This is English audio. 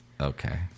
Okay